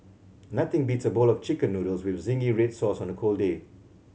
nothing beats a bowl of Chicken Noodles with zingy red sauce on a cold day